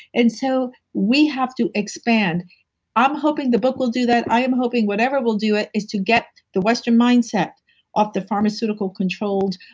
and so, we have to expand i'm hoping the book will do that. i'm hoping whatever will do it, is to get the western mindset off the pharmaceutical controlled